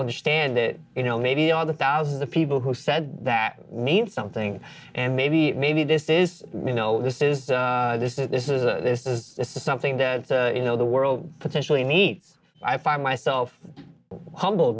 understand that you know maybe all the thousands of people who said that need something and maybe maybe this is you know this is this is this is a this is this is something that you know the world potentially needs i find myself humble